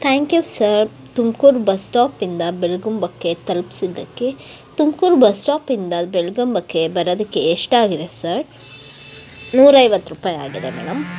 thank you sir Tumkur bus ಸ್ಟಾಪಿಂದ ಬೆಲ್ಗುಂಬಕ್ಕೆ ತಲುಪ್ಸಿದ್ದಕ್ಕೆ ತುಮ್ಕೂರು ಬಸ್ ಸ್ಟಾಪಿಂದ ಬೆಳ್ಗಂಬಕ್ಕೆ ಬರೋದಕ್ಕೆ ಎಷ್ಟಾಗಿದೆ ಸರ್ ನೂರೈವತ್ತು ರೂಪಾಯಿ ಆಗಿದೆ ಮೇಡಮ್